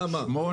למה?